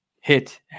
hit